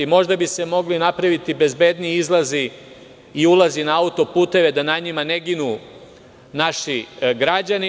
Možda bi se mogli napraviti bezbedniji izlazi i ulazi na autoputevima, da na njima ne ginu naši građani.